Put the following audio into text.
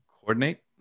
Coordinate